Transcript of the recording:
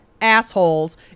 assholes